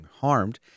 harmed